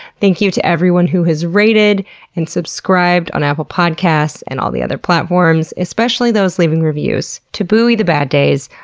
thank you to everyone who has rated and subscribed on apple podcast and all the other platforms, especially to those leaving reviews to buoy the bad days,